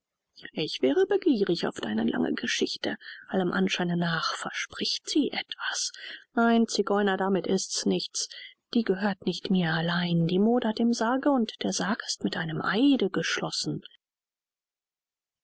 ich wäre begierig auf deine lange geschichte allem anscheine nach verspricht sie etwas nein zigeuner damit ist's nichts die gehört nicht mir allein die modert im sarge und der sarg ist mit einem eide geschlossen